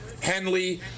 Henley